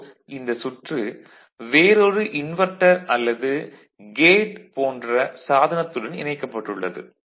இதோ இந்த சுற்று வேறொரு இன்வெர்ட்டர் அல்லது கேட் போன்ற சாதனுடத்துடன் இணைக்கப்பட்டுள்ளது